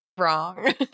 Wrong